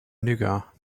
nougat